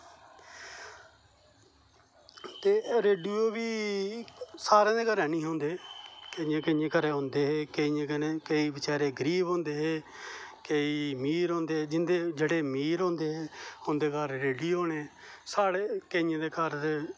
एह् रैडियो बी सारे दे घरें नेईं है होंदे केइयें केंइय़ें घरें च होंदे हे केंइयें दे नेईं केंई बचारे गरीब होंदे हे केंई अमीर होंदे हे जेहडे़ अमीर होंदे हे उंदे घर रेडियो होने साढ़े केंइयें दे घर